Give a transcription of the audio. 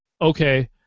okay